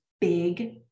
big